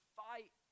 fight